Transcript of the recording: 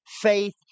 faith